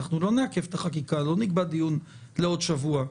אנחנו לא נעכב את החקיקה, לא נקבע דיון לעוד שבוע.